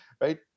right